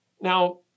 Now